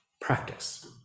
practice